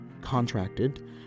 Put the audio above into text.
contracted